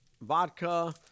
vodka